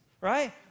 Right